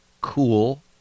Cool